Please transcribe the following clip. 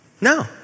No